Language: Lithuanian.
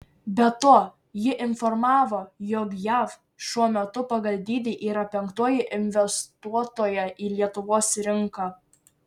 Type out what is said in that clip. be to ji informavo jog jav šiuo metu pagal dydį yra penktoji investuotoja į lietuvos rinką